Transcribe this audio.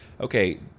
okay